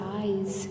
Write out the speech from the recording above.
eyes